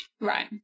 right